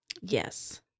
Yes